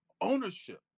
ownership